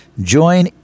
Join